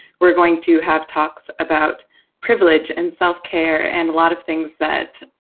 we're going to have talks about privilege and self-care, and a lot of things that,